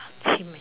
chim eh